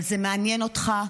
אבל זה מעניין אותך,